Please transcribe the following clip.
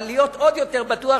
אבל בשביל להיות עוד יותר בטוח,